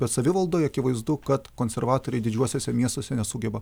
bet savivaldoj akivaizdu kad konservatoriai didžiuosiuose miestuose nesugeba